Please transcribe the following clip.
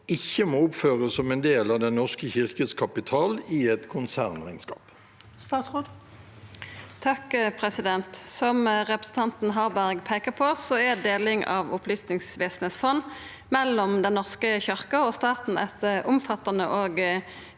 ikke må oppføres som del av Den norske kirkes kapital i et konsernregnskap?» Statsråd Kjersti Toppe Som represen- tanten Harberg peikar på, er deling av Opplysningsve senets fond mellom Den norske kyrkja og staten eit omfattande og